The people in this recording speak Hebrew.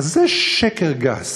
כזה שקר גס.